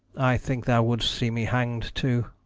i think thou wouldst see me. hanged too,